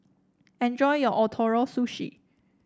enjoy your Ootoro Sushi